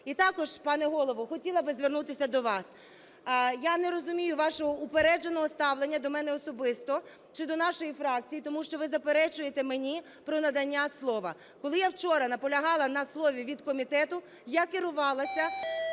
І також, пане Голово, хотіла би звернутися до вас. Я не розумію вашого упередженого ставлення до мене особисто чи до нашої фракції, тому що ви заперечуєте мені про надання слова. Коли я вчора наполягала на слові від комітету, я керувалася